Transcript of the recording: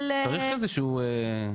כן צריך כזה, לא רק הודעה.